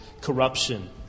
corruption